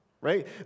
right